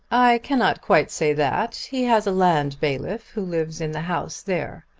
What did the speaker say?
i cannot quite say that. he has a land-bailiff who lives in the house there.